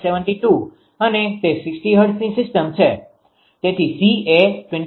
72 અને તે 60 હર્ટ્ઝની સિસ્ટમ છે તેથી C એ 25